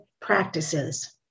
practices